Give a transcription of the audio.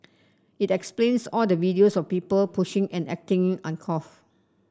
it explains all the videos of people pushing and acting uncouth